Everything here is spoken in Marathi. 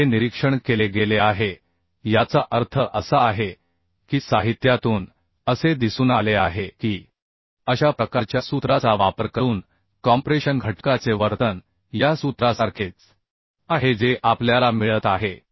आणि हे निरीक्षण केले गेले आहे याचा अर्थ असा आहे की साहित्यातून असे दिसून आले आहे कीअशा प्रकारच्या सूत्राचा वापर करून कॉम्प्रेशन घटका चे वर्तन या सूत्रासारखेच आहे जे आपल्याला मिळत आहे